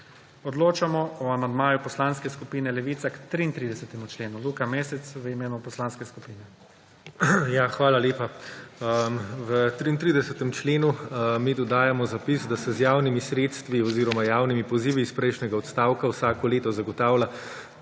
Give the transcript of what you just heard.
Odločamo o amandmaju Poslanske skupine Levica k 33. členu. Luka Mesec ima besedo v imenu poslanske skupine skupine. LUKA MESEC (PS Levica): Hvala lepa. V 33. členu mi dodajamo zapis, da se z javnimi sredstvi oziroma javnimi pozivi iz prejšnjega odstavka vsako leto zagotavlja